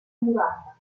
murata